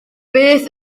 beth